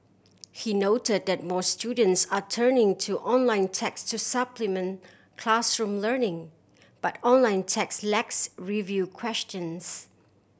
he noted that more students are turning to online text to supplement classroom learning but online text lacks review questions